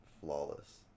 flawless